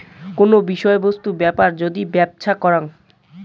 কোন বিষয় বস্তু বেপার যদি ব্যপছা করাং